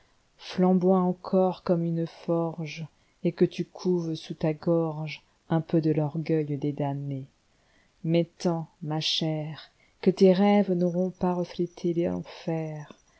flamboie encor comme une forge et que tu couves sous ta gorgejn peu de l'orgueil des damnés mais tant ma chère que tes rêvesn'auront pas reflété l'enfer